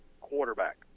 quarterback